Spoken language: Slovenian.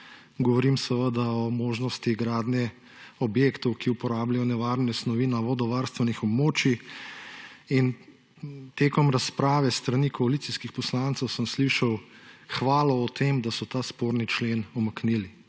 govorim o možnosti gradnje objektov, ki uporabljajo nevarne snovi na vodovarstvenih območij, in tekom razprave s strani koalicijskih poslancev sem slišal hvalo o tem, da so ta sporni člen umaknili.